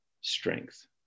strength